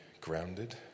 grounded